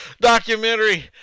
documentary